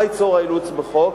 מה ייצור האילוץ בחוק?